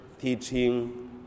teaching